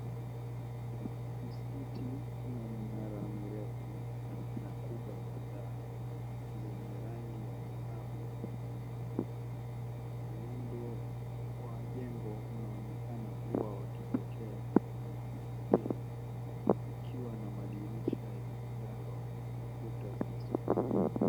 Msikiti una minara mirefu na kubwa kadhaa yenye rangi ya dhahabu, muundo wa jengo unaonekana kuwa wa kipekee na wakuvutia ikiwa na madirisha na kuta zilizopakwa.